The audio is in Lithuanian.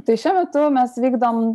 tai šiuo metu mes vykdom